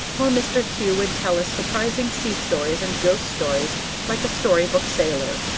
or mr. kew would tell us surprising sea-stories and ghost-stories like a story-book sailor.